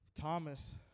Thomas